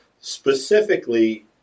specifically